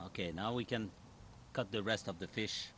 ok now we can cut the rest of the fish